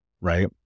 Right